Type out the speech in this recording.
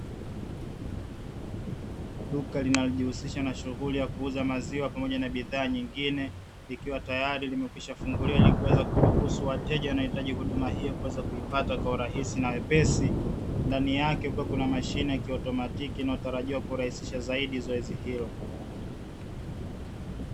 Duka linalojihusisha na shughuli ya kuuza maziwa pamoja na bidhaa nyingine, likiwa tayari limekwishafunguliwa, ili kuweza kuruhusu wateja wanaohitaji huduma hiyo, kuweza kuipata kwa urahisi na wepesi. Ndani yake kukiwa na mashine ya kiautomatiki inayotarajiwa kurahisisha zaidi zoezi hilo.